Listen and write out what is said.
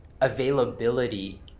availability